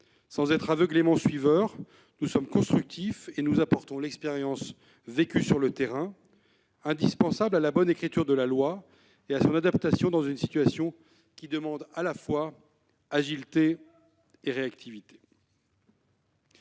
Sans être aveuglément suiveurs, nous sommes constructifs et nous apportons l'expérience vécue sur le terrain, indispensable à la bonne écriture de la loi et à son adaptation dans une situation qui demande à la fois agilité et réactivité.